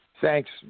Thanks